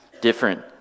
different